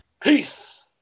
Peace